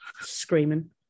screaming